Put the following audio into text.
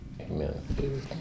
Amen